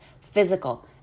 physical